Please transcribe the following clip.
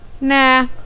Nah